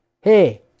Hey